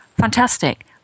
fantastic